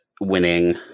winning